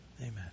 Amen